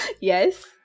Yes